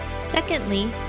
Secondly